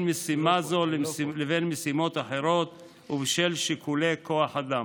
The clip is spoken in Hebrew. משימה זו לבין משימות אחרות ובשל שיקולי כוח אדם.